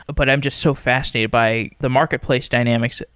but but i'm just so fascinated by the marketplace dynamics.